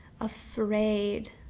afraid